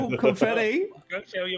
confetti